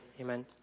Amen